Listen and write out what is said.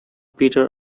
peter